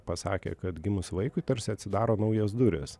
pasakė kad gimus vaikui tarsi atsidaro naujos durys